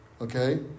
Okay